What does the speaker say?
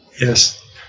Yes